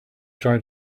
tried